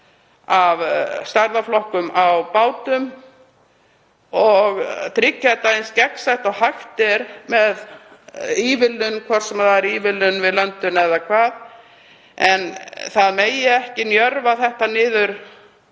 af stærðarflokkum á bátum og tryggja að það sé eins gegnsætt og hægt er með ívilnun, hvort sem það er ívilnun við löndun eða hvað. Það megi ekki njörva þetta niður